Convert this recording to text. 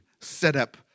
setup